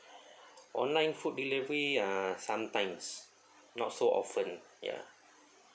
online food delivery uh sometimes not so often ya